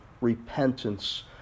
repentance